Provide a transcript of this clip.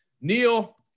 neil